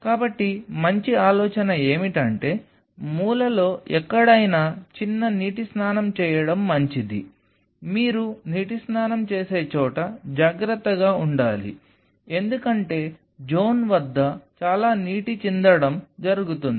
కాబట్టి మంచి ఆలోచన ఏమిటంటే మూలలో ఎక్కడైనా చిన్న నీటి స్నానం చేయడం మంచిది మీరు నీటి స్నానం చేసే చోట జాగ్రత్తగా ఉండాలి ఎందుకంటే జోన్ వద్ద చాలా నీటి చిందటం జరుగుతుంది